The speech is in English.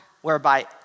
whereby